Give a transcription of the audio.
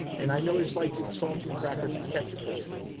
and i noticed like saltine crackers and ketchup for dinner.